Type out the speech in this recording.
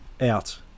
out